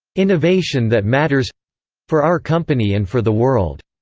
innovation that matters for our company and for the world,